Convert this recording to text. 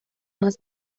más